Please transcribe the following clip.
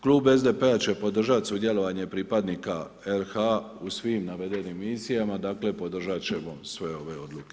Klub SPD-a će podržati sudjelovanje pripadnika RH, u svim navedenim misijama, dakle podržati ćemo sve ove odluke.